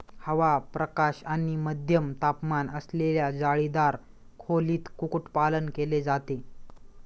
हवा, प्रकाश आणि मध्यम तापमान असलेल्या जाळीदार खोलीत कुक्कुटपालन केले जाते